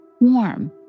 warm